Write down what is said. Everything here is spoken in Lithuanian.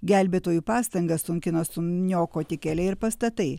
gelbėtojų pastangas sunkina suniokoti keliai ir pastatai